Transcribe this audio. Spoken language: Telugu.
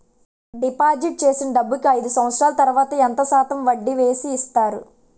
డిపాజిట్ చేసిన డబ్బుకి అయిదు సంవత్సరాల తర్వాత ఎంత శాతం వడ్డీ వేసి ఇస్తారు?